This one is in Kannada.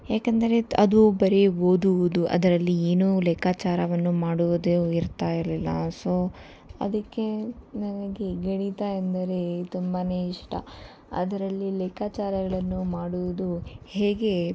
ಯಾಕೆಂದರೆ ಅದು ಬರಿ ಓದುವುದು ಅದರಲ್ಲಿ ಏನು ಲೆಕ್ಕಾಚಾರವನ್ನು ಮಾಡುವುದು ಇರ್ತಾ ಇರಲಿಲ್ಲ ಸೊ ಅದಕ್ಕೆ ನನಗೆ ಗಣಿತ ಎಂದರೆ ತುಂಬಾ ಇಷ್ಟ ಅದರಲ್ಲಿ ಲೆಕ್ಕಾಚಾರಗಳನ್ನು ಮಾಡುವುದು ಹೇಗೆ